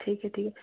ठीक है ठीक है